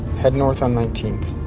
head north on nineteenth.